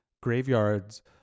graveyards